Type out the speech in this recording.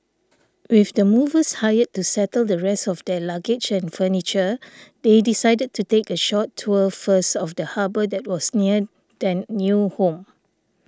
with the movers hired to settle the rest of their luggage and furniture they decided to take a short tour first of the harbour that was near their new home